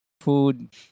food